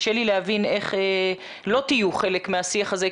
להבין איך לא תהיו חלק מהשיח הזה,